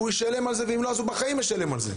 הוא ישלם על זה ואם לא אז הוא בחיים ישלם על זה.